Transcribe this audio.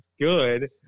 good